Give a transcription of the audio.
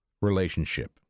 relationship